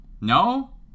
No